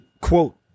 quote